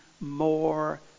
more